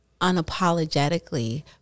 unapologetically